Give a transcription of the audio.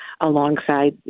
alongside